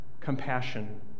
compassion